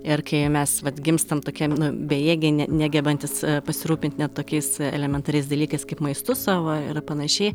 ir kai mes vat gimstam tokie nu bejėgiai ne negebantys pasirūpint net tokiais elementariais dalykais kaip maistu savo ir panašiai